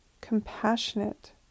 compassionate